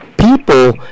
People